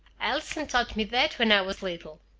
allison taught me that when i was little.